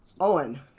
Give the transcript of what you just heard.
Owen